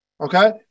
Okay